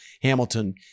Hamilton